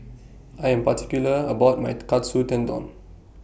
I Am particular about My Katsu Tendon